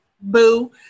boo